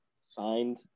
signed